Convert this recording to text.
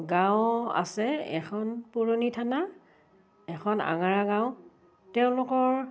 গাঁও আছে এখন পুৰণি থানা এখন আঙাৰা গাঁও তেওঁলোকৰ